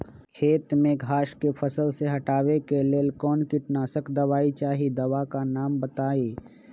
खेत में घास के फसल से हटावे के लेल कौन किटनाशक दवाई चाहि दवा का नाम बताआई?